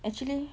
actually